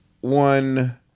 one